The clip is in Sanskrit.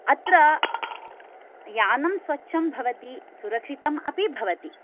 अत्र यानं स्वच्छं भवति सुरक्षितम् अपि भवति